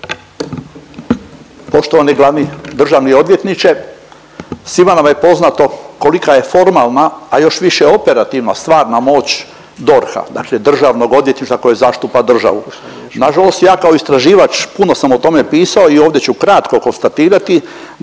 Poštovani glavni državni odvjetniče svima nam je poznato kolika je formalna, a još više operativna stvarna moć DORH-a, dakle državnog odvjetništva koje zastupa državu. Nažalost ja kao istraživač puno sam o tome pisao i ovdje ću kratko konstatirati da je